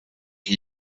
que